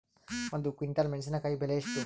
ಒಂದು ಕ್ವಿಂಟಾಲ್ ಮೆಣಸಿನಕಾಯಿ ಬೆಲೆ ಎಷ್ಟು?